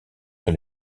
sur